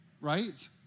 Right